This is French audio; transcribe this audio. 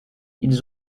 ils